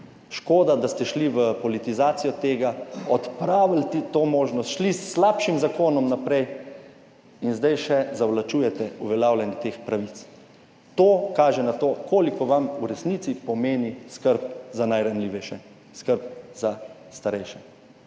Škoda, da ste šli v politizacijo tega, odpraviti to možnost, šli s slabšim zakonom naprej in zdaj še zavlačujete uveljavljanje teh pravic. To kaže na to koliko vam v resnici pomeni skrb za najranljivejše, skrb za starejše.